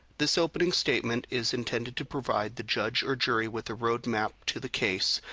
this opening statement is intended to provide the judge or jury with a roadmap to the case,